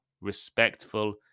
respectful